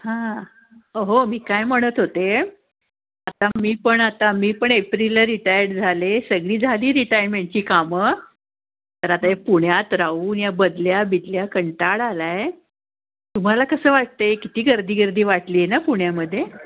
हां हो मी काय म्हणत होते आता मी पण आता मी पण एप्रिलला रिटायर्ड झाले सगळी झाली रिटायरमेंटची कामं तर आता हे पुण्यात राहून या बदल्या बिदल्या कंटाळा आला आहे तुम्हाला कसं वाटतं आहे किती गर्दी गर्दी वाढली आहे ना पुण्यामध्ये